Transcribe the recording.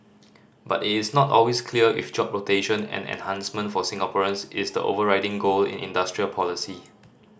but it is not always clear if job creation and enhancement for Singaporeans is the overriding goal in industrial policy